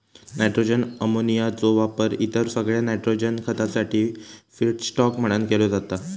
nitrogen अमोनियाचो वापर इतर सगळ्या नायट्रोजन खतासाठी फीडस्टॉक म्हणान केलो जाता